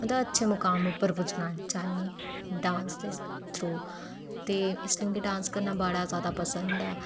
ते और अग्गें अपनी लाइफ बिच मतलब अच्छे मकाम पर पुज्जना चाह्न्नीं डांस दे थ्रू ते इस लेई मिगी डांस करना बड़ा जैदा पसन्द ऐ